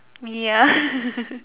me ya